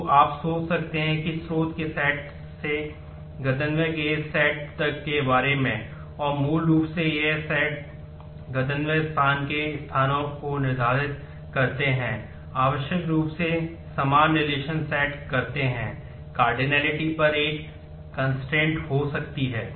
तो आप सोच सकते हैं कि स्रोत के सेट हो सकती है